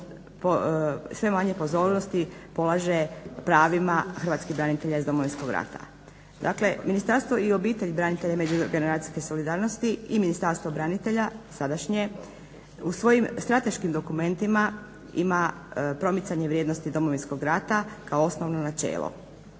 sve manje pozornosti polaže pravima hrvatskih branitelja iz Domovinskog rata. Dakle, Ministarstvo obitelji branitelja i međugeneracijske solidarnosti i Ministarstvo branitelja sadašnje u svojim strateškim dokumentima ima promicanje vrijednosti Domovinskog rata kao osnovno načelo.